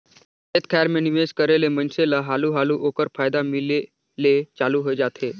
खेत खाएर में निवेस करे ले मइनसे ल हालु हालु ओकर फयदा मिले ले चालू होए जाथे